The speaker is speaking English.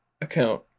account